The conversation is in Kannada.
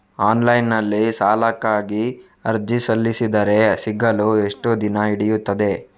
ಆನ್ಲೈನ್ ನಲ್ಲಿ ಸಾಲಕ್ಕಾಗಿ ಅರ್ಜಿ ಸಲ್ಲಿಸಿದರೆ ಸಿಗಲು ಎಷ್ಟು ದಿನ ಹಿಡಿಯುತ್ತದೆ?